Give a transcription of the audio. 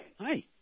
Hi